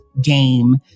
game